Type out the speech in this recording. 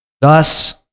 thus